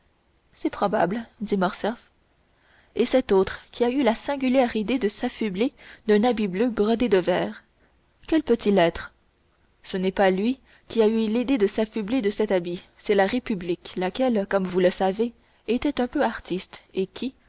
c'est probable dit morcerf et cet autre qui a eu la singulière idée de s'affubler d'un habit bleu brodé de vert quel peut-il être ce n'est pas lui qui a eu l'idée de s'affubler de cet habit c'est la république laquelle comme vous le savez était un peu artiste et qui